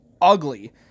ugly